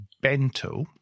bento